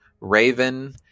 Raven